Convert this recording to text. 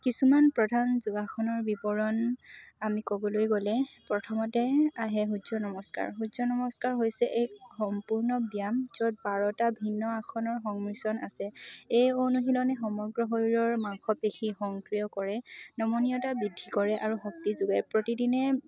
কিছুমান প্ৰধান যোগাসনৰ বিৱৰণ আমি ক'বলৈ গ'লে প্ৰথমতে আহে সূৰ্য নমস্কাৰ সূৰ্য নমস্কাৰ হৈছে এক সম্পূৰ্ণ ব্যায়াম য'ত বাৰটা ভিন্ন আসনৰ সংমিশ্ৰণ আছে এই অনুশীলনে সমগ্ৰ শৰীৰৰ মাংসপেশী সংক্ৰিয় কৰে নমনীয়তা বৃদ্ধি কৰে আৰু শক্তি যোগায় প্ৰতিদিনে